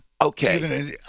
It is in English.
Okay